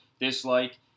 dislike